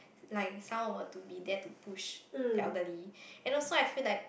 like someone were to be there to push the elderly and also I feel like